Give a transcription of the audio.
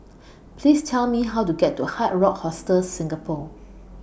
Please Tell Me How to get to Hard Rock Hostel Singapore